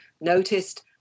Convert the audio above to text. noticed